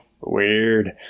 Weird